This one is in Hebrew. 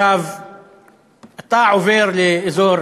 אתה עובר לאזור